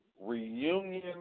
reunion